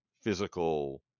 physical